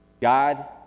God